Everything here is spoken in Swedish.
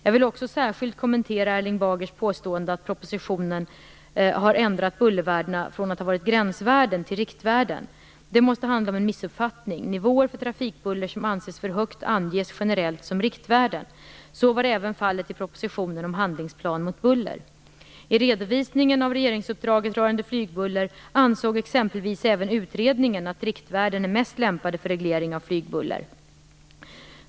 Jag vill också särskilt kommentera Erling Bagers påstående att propositionen 1996/97:53 har ändrat bullervärdena från att ha varit gränsvärden till riktvärden. Det måste handla om en missuppfattning. Nivåer för trafikbuller som anses för högt anges generellt som riktvärden. Så var även fallet i propositionen om en handlingsplan mot buller. I redovisningen av regeringsuppdraget rörande flygbuller ansåg exempelvis även utredningen att riktvärden är mest lämpade för reglering av flygbuller.